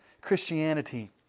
Christianity